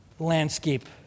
Landscape